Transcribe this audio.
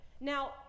Now